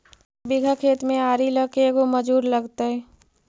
एक बिघा खेत में आरि ल के गो मजुर लगतै?